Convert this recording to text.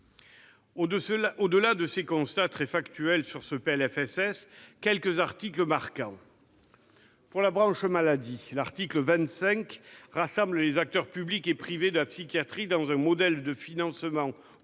Au-delà de ces constats très factuels sur ce PLFSS, je relèverai quelques articles marquants. Pour la branche maladie, l'article 25 rassemble les acteurs publics et privés de la psychiatrie dans un modèle de financement commun